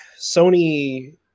Sony